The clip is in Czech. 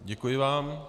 Děkuji vám.